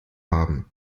haben